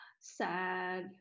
Sad